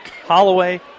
Holloway